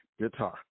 guitar